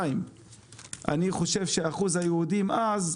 אני חושב שאחוז היהודים אז,